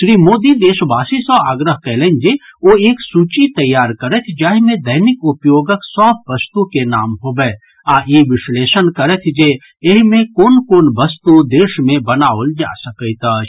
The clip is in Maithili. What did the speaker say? श्री मोदी देशवासी सँ आग्रह कयलनि जे ओ एक सूची तैयार करथि जाहि मे दैनिक उपयोगक सभ वस्तु के नाम होबय आ ई विशलेषण करथि जे एहि मे कोन कोन वस्तु देश मे बनाओल जा सकैत अछि